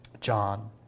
John